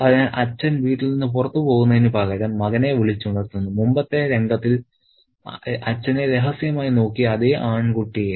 അതിനാൽ അച്ഛൻ വീട്ടിൽ നിന്ന് പുറത്തുപോകുന്നതിനുപകരം മകനെ വിളിച്ച് ഉണർത്തുന്നു മുമ്പത്തെ രംഗത്തിൽ അച്ഛനെ രഹസ്യമായി നോക്കിയ അതേ ആൺകുട്ടിയെ